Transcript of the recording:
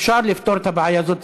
אפשר לפתור את הבעיה הזאת,